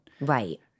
Right